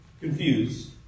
confused